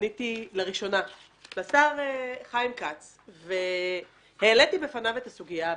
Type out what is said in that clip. פניתי לראשונה לשר חיים כץ והעליתי בפניו את הסוגיה הבאה.